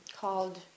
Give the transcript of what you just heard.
called